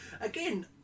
again